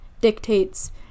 dictates